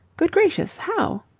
good gracious! how?